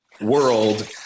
world